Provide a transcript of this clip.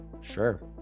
sure